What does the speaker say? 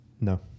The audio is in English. no